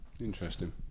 Interesting